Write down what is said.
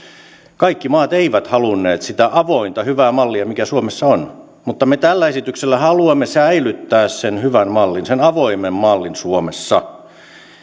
kaikki maat eivät halunneet sitä avointa hyvää mallia mikä suomessa on mutta me tällä esityksellä haluamme säilyttää sen hyvän mallin sen avoimen mallin suomessa